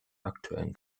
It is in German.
aktuellen